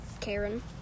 Karen